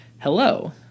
hello